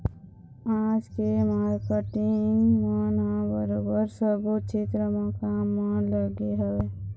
आज के मारकेटिंग मन ह बरोबर सब्बो छेत्र म काम म लगे हवँय